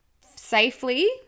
safely